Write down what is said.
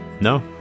no